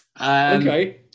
Okay